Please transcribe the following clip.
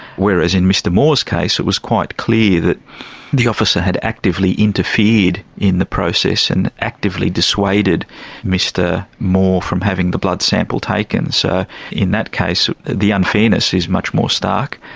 whereas in mr moore's case it was quite clear that the officer had actively interfered in the process and actively dissuaded mr moore from having the blood sample taken. so in that case the unfairness is much more stark,